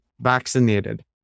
vaccinated